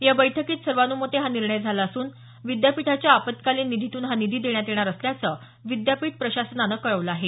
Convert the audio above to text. या बैठकीत सर्वानुमते हा निर्णय झाला असून विद्यापीठाच्या आपत्कालीन निधीतून हा निधी देण्यात येणार असल्याचं विद्यापीठ प्रशासनानं कळवलं आहे